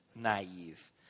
naive